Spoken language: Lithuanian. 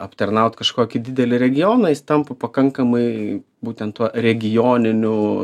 aptarnaut kažkokį didelį regionais tampa pakankamai būtent tuo regioninių